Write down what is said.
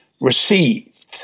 received